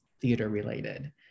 theater-related